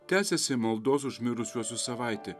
tęsiasi maldos už mirusiuosius savaitė